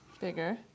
bigger